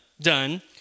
done